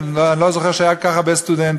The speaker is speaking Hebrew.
אני לא זוכר שהיו כל כך הרבה סטודנטים,